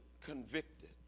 convicted